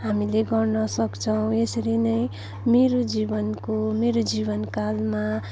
हामीले गर्न सक्छौँ यसरी नै मेरो जीवनको मेरो जीवन कालमा